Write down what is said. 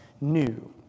new